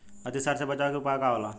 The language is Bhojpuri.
अतिसार से बचाव के उपाय का होला?